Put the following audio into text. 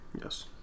Yes